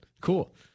cool